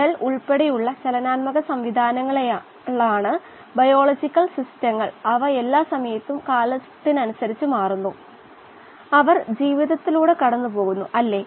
ഈ പ്രത്യേക ഉദാഹരണം അല്ലെങ്കിൽ ഈ പ്രത്യേക സിസ്റ്റം ബയോറിയാക്ടറുകളെ കുറിച്ച് നമ്മൾ വിശദമായി നോക്കി അല്ലേ